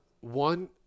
One